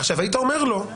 היית אומר לו: